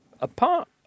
apart